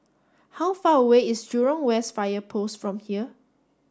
how far away is Jurong West Fire Post from here